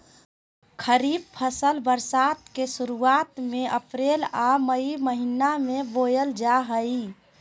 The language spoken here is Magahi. खरीफ फसल बरसात के शुरुआत में अप्रैल आ मई महीना में बोअल जा हइ